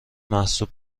محسوب